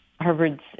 Harvard's